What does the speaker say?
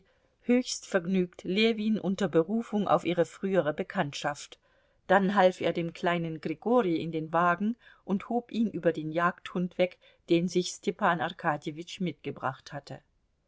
höchst vergnügt ljewin unter berufung auf ihre frühere bekanntschaft dann half er dem kleinen grigori in den wagen und hob ihn über den jagdhund weg den sich stepan arkadjewitsch mitgebracht hatte